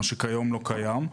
מה שהיום לא קיים.